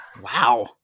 Wow